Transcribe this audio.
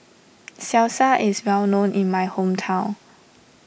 Salsa is well known in my hometown